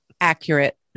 Accurate